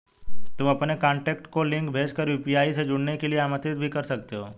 तुम अपने कॉन्टैक्ट को लिंक भेज कर यू.पी.आई से जुड़ने के लिए आमंत्रित भी कर सकते हो